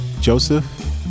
Joseph